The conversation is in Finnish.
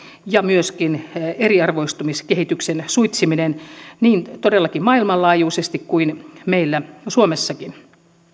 ja myöskin eriarvoistumiskehityksen suitsiminen niin todellakin maailmanlaajuisesti kuin meillä suomessakin